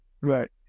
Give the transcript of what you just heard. Right